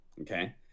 okay